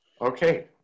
Okay